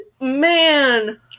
man